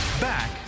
Back